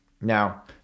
Now